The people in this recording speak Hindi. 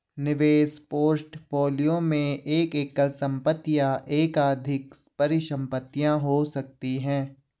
निवेश पोर्टफोलियो में एक एकल संपत्ति या एकाधिक परिसंपत्तियां हो सकती हैं